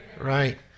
Right